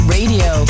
Radio